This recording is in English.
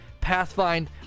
pathfind